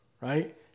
right